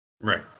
Right